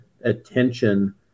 attention